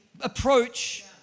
approach